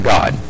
God